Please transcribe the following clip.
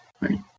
right